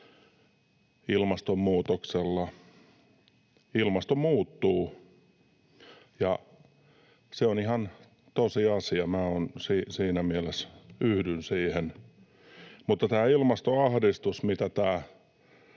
ilmastonmuutoksella. Ilmasto muuttuu, ja se on ihan tosiasia. Minä siinä mielessä yhdyn siihen. Mutta tämä ilmastoahdistus, mitä